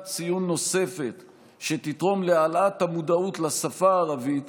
ציון נוספת שתתרום להעלאת המודעות לשפה הערבית